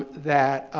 that,